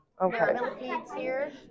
Okay